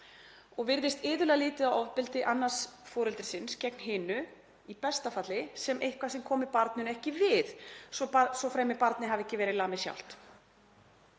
og virðist iðulega litið á ofbeldi annars foreldrisins gegn hinu í besta falli sem eitthvað sem komi barninu ekki við, svo fremi sem barnið hafi ekki verið lamið sjálft.